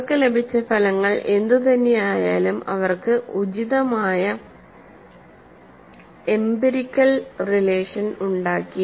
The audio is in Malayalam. അവർക്ക് ലഭിച്ച ഫലങ്ങൾ എന്തുതന്നെയായാലും അവർക്ക് ഉചിതമായ എംപിരിക്കൽ റിലേഷൻ ഉണ്ടാക്കി